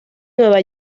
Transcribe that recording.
nueva